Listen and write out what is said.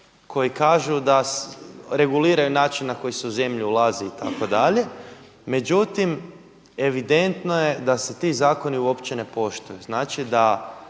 koji reguliraju način na koji se u zemlju ulazi itd., međutim je evidentno je da se ti zakoni uopće ne poštuju,